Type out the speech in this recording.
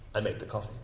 i made the coffee.